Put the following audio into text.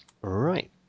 Right